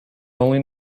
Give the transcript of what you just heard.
only